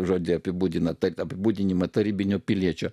žodį apibūdina taip apibūdinimą tarybinio piliečio